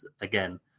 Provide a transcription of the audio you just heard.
again